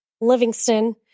Livingston